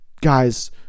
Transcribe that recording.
guys